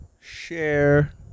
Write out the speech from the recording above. share